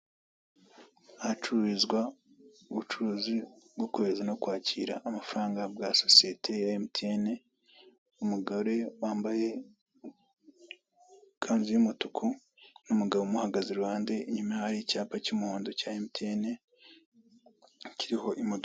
Ahacururizwa ubucuruzi bwo kohereza no kwakira amafaranga bwa sosiyete ya emutiyene, umugore wambaye ikanzu y'umutuku n'umugabo umuhagaze iruhande, inyuma hari icyapa cy'umuhondo cya emutiyeni kiriho imodoka.